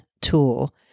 Tool